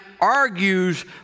argues